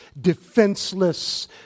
defenseless